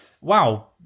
wow